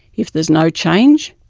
if there's no change,